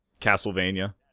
Castlevania